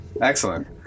Excellent